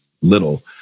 little